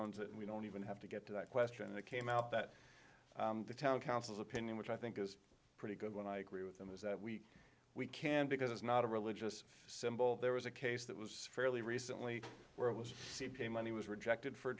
owns it and we don't even have to get to that question and it came out that the town councils opinion which i think is pretty good when i agree with them is that we we can because it's not a religious symbol there was a case that was fairly recently where it was a money was rejected for